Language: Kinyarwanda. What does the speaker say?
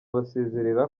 basezera